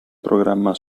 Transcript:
programma